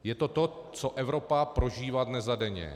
Je to to, co Evropa prožívá dnes a denně.